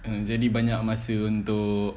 and jadi banyak masa untuk